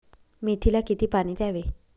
मेथीला किती पाणी द्यावे?